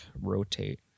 rotate